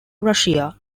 russia